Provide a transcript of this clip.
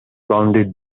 founded